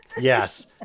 Yes